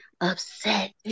upset